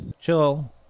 chill